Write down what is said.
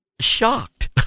shocked